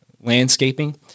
landscaping